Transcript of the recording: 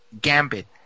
Gambit